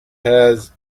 has